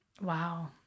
Wow